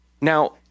Now